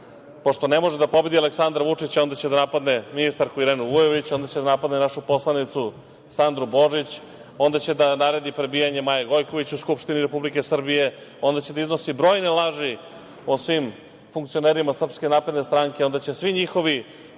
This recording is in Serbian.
pošto ne može da pobedi Aleksandra Vučića, onda će da napadne ministarku Irenu Vujović, onda će da napadne našu poslanicu Sandru Božić, onda će da naredi prebijanje Maje Gojković u Skupštini Republike Srbije, onda će da iznosi brojne laži o svim funkcionerima SNS, onda će svi njihovi